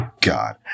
God